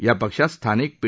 या पक्षात स्थानिक पी